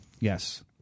Yes